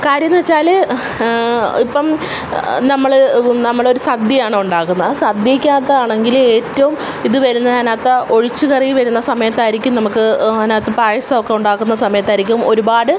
കാര്യന്നു വെച്ചാൽ ഇപ്പം നമ്മൾ നമ്മളൊരു സദ്യയാണ് ഉണ്ടാക്കുന്ന് ആ സദ്യക്കകത്ത് ആണെങ്കിൽ ഏറ്റോം ഇത് വരുന്നത് അതിനകത്ത് ഒഴിച്ചു കറി വരുന്ന സമയത്തായിരിക്കും നമുക്ക് അതിനകത്ത് പായസമൊക്കെ ഉണ്ടാക്കുന്ന സമയത്തായിരിക്കും ഒരുപാട്